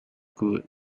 good